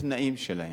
התנאים שלהם.